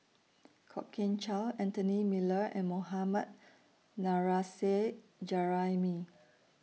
Kwok Kian Chow Anthony Miller and Mohammad Nurrasyid Juraimi